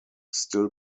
still